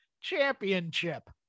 Championship